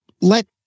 let